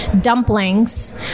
dumplings